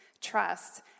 trust